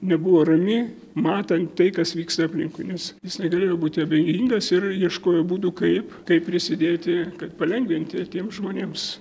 nebuvo rami matant tai kas vyksta aplinkui nes jis negalėjo būti abejingas ir ieškojo būdų kaip kaip prisidėti kaip palengvinti tiems žmonėms